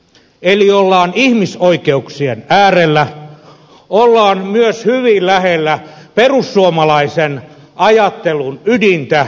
eli ollaan ihmisoikeuksien äärellä ollaan myös hyvin lähellä perussuomalaisen ajattelun ydintä